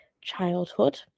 childhood